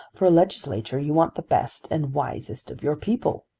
for a legislature you want the best and wisest of your people.